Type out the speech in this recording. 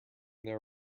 their